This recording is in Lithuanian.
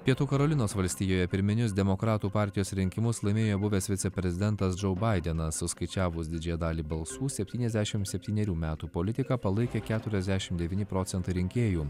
pietų karolinos valstijoje pirminius demokratų partijos rinkimus laimėjo buvęs viceprezidentas džou baidenas suskaičiavus didžiąją dalį balsų septyniasdešim septynerių metų politiką palaikė keturiasdešim devyni procentai rinkėjų